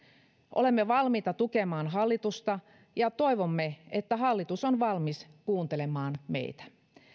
olemme valmiita tukemaan hallitusta ja toivomme että hallitus on valmis kuuntelemaan meitä